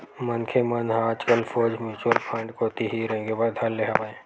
मनखे मन ह आजकल सोझ म्युचुअल फंड कोती ही रेंगे बर धर ले हवय